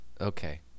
Okay